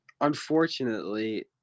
unfortunately